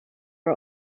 are